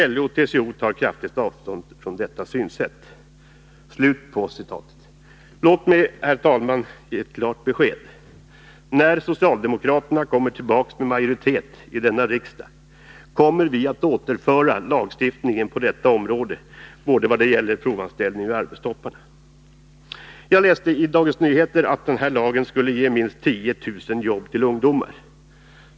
LO och TCO tar kraftigt avstånd från detta synsätt.” Låt mig, herr talman, klart ge ett besked: när socialdemokraterna åter kommer i majoritet i denna riksdag kommer vi att återföra lagstiftningen till den tidigare lydelsen då det gäller både provanställning och arbetstoppar. Jag läste i Dagens Nyheter att den nu föreslagna lagen skulle ge minst 10 000 jobb till ungdomar.